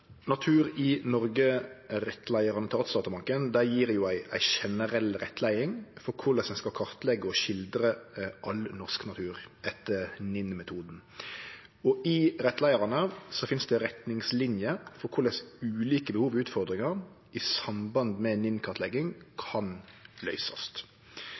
Natur i Norge, rettleiaren til Artsdatabanken, gjev ei generell rettleiing for korleis ein skal kartleggje og skildre all norsk natur etter NiN-metoden. I rettleiarane finst det retningslinjer for korleis ulike behov og utfordringar i samband med NiN-kartlegging kan løysast.